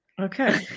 Okay